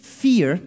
fear